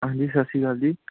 ਹਾਂਜੀ ਸਤਿ ਸ਼੍ਰੀ ਅਕਾਲ ਜੀ